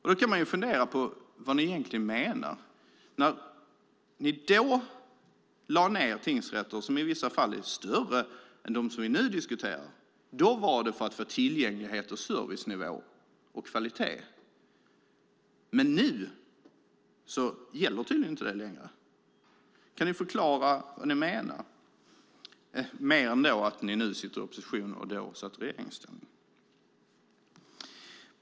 Man kan fundera på vad ni egentligen menar när ni då lade ned tingsrätter som i vissa fall var större än dem som vi nu diskuterar. Då var det för att uppnå tillgänglighet, servicenivå och kvalitet. Men nu gäller tydligen inte det längre. Kan ni förklara vad ni menar, mer än att ni nu sitter i opposition och då satt i regeringsställning?